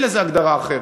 אין לזה הגדרה אחרת.